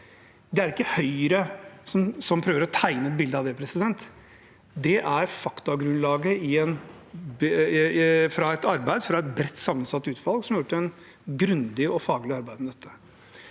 Det er ikke Høyre som prøver å tegne et bilde av det. Det er faktagrunnlaget av arbeidet til et bredt sammensatt utvalg, som har gjort et grundig og faglig arbeid med dette.